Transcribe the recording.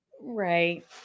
right